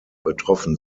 betroffen